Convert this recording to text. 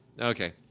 Okay